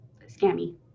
scammy